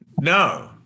No